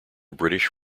british